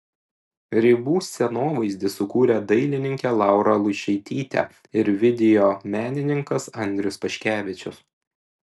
ribų scenovaizdį sukūrė dailininkė laura luišaitytė ir video menininkas andrius paškevičius